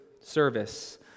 service